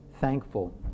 thankful